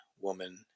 woman